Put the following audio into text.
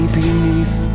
beneath